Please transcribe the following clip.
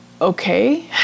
okay